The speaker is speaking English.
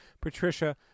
Patricia